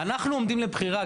אנחנו עומדים לבחירה,